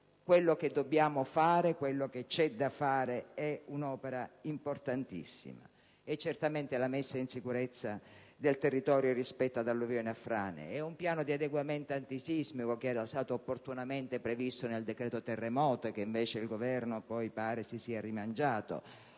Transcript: Quello che dobbiamo fare, quello che c'è da fare, è un'opera importantissima: la messa in sicurezza del territorio rispetto alle alluvioni e alle frane. Serve poi un piano di adeguamento antisismico, che era stato opportunamente previsto nel decreto sul terremoto e che invece il Governo pare si sia rimangiato.